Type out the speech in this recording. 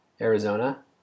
Arizona